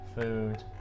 food